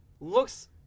looks